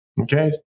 Okay